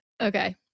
Okay